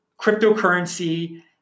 cryptocurrency